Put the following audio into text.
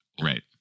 right